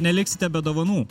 neliksite be dovanų